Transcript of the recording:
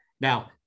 now